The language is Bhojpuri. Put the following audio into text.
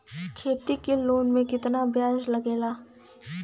खेती के लोन में कितना ब्याज लगेला?